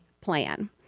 plan